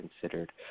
considered